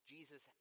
Jesus